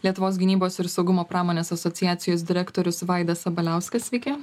lietuvos gynybos ir saugumo pramonės asociacijos direktorius vaidas sabaliauskas sveiki